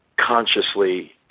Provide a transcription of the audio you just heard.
consciously